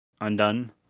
undone